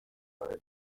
realize